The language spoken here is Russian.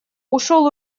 ушёл